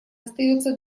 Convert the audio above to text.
остается